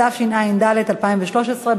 התשע"ד 2013,